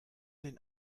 den